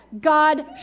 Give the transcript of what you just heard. God